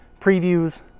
Previews